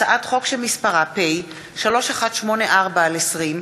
מטעם הכנסת: הצעת חוק פיקוח על בתי-ספר (תיקון מס' 9)